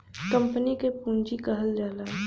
company क पुँजी कहल जाला